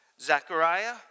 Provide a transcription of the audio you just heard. Zechariah